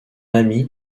ami